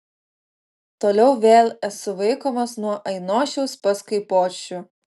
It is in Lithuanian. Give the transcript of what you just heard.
toliau vėl esu vaikomas nuo ainošiaus pas kaipošių